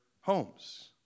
homes